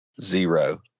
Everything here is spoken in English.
Zero